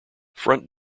front